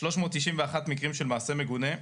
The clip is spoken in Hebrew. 391 מקרים של מעשה מגונה,